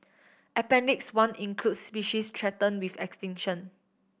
appendix one includes species threaten with extinction